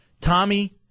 Tommy